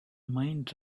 mind